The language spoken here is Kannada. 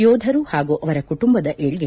ಯೋಧರು ಹಾಗೂ ಅವರ ಕುಟುಂಬದ ಏಳ್ಗೆ